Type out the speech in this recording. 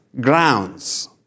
grounds